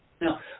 Now